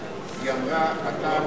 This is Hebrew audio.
נתקבלה.